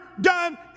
done